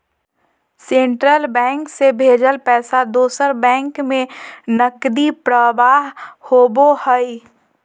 central bank से भेजल पैसा दूसर बैंक में नकदी प्रवाह होबो हइ